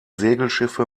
segelschiffe